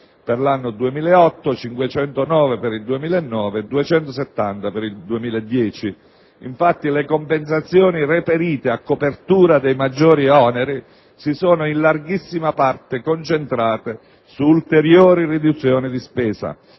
per l'anno 2009 e 270 milioni per l'anno 2010. Infatti, le compensazioni reperite a copertura dei maggiori oneri si sono in larghissima parte concentrate su ulteriori riduzioni di spesa,